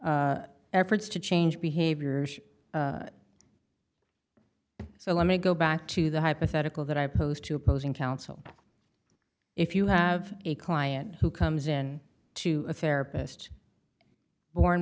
efforts to change behaviors so let me go back to the hypothetical that i posed to opposing counsel if you have a client who comes in to a therapist born